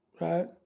right